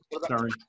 Sorry